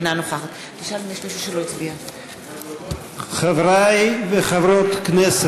אינה נוכחת חברי וחברות הכנסת,